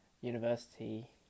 university